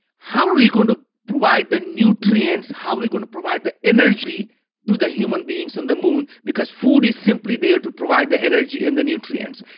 how are we going to provide the nutrients? how are we going to provide the energy to the human beings on the moon, because food is simply there to provide the energy and the nutrients.